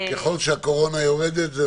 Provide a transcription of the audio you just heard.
את שעות הדיון.